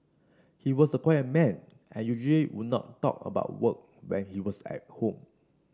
he was a quiet man and usually would not talk about work when he was at home